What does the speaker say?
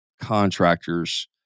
contractors